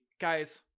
guys